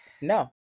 No